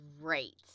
great